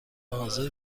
حاضر